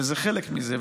וזה חלק מזה.